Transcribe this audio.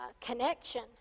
connection